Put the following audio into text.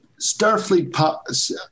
Starfleet